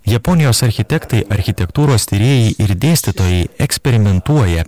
japonijos architektai architektūros tyrėjai ir dėstytojai eksperimentuoja